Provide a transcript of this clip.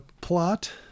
plot